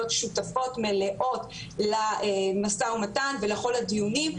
שותפות מלאות למשא ומתן ולכל הדיונים.